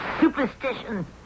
Superstition